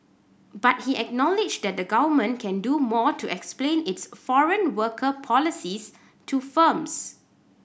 but he acknowledged that the Government can do more to explain its foreign worker policies to firms